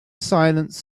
silence